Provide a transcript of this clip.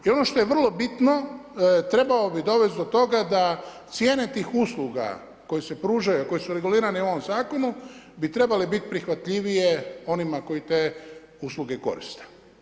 I ono što je vrlo bitno, trebalo bi dovesti do toga da cijene tih usluga koje se pružaju, koje su regulirane u ovom zakonu bi trebale biti prihvatljivije onima koji te usluge koriste.